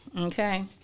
Okay